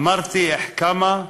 "אמרתי אחכמה,